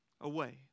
away